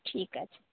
ঠিক আছে